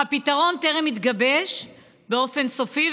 אך הפתרון טרם התגבש באופן סופי,